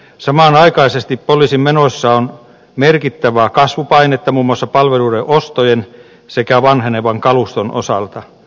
samanaikaisesti poliisin menoissa on merkittävää kasvupainetta muun muassa palvelujen ostojen sekä vanhenevan kaluston osalta